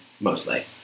mostly